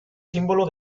símbolo